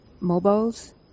mobiles